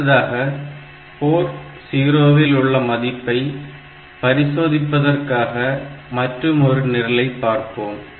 அடுத்ததாக போர்ட் 0 இல் உள்ள மதிப்பை பரிசோதிப்பதற்காக மற்றும் ஒரு நிரலை பார்ப்போம்